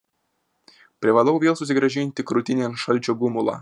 privalau vėl susigrąžinti krūtinėn šalčio gumulą